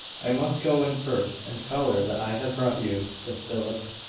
i must go in first, and tell her that i have brought you, said philip.